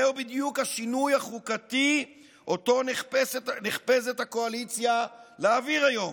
זהו בדיוק השינוי החוקתי שאותו נחפזת הקואליציה להעביר היום,